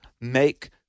make